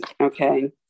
Okay